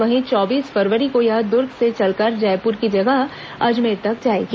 वहीं चौबीस फरवरी को यह दुर्ग से चलकर जयपुर की जगह अजमेर तक जाएगी